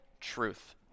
truth